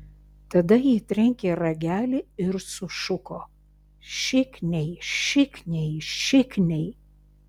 tada ji trenkė ragelį ir sušuko šikniai šikniai šikniai